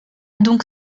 donc